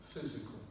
physical